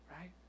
right